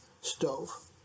stove